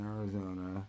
Arizona